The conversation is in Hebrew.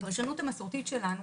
הפרשנות המסורתית שלנו